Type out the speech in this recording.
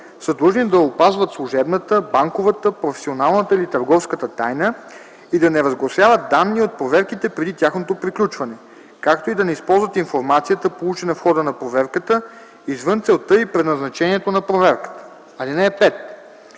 длъжни да опазват служебната, банковата, професионалната или търговската тайна и да не разгласяват данни от проверките преди тяхното приключване, както и да не използват информацията, получена в хода на проверката, извън целта и предназначението на проверката. (5)